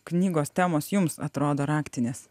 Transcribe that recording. knygos temos jums atrodo raktinės